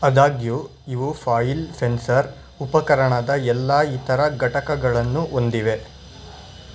ಆದಾಗ್ಯೂ ಇವು foil fencer ಉಪಕರಣದ ಎಲ್ಲ ಇತರ ಘಟಕಗಳನ್ನು ಹೊಂದಿವೆ